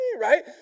right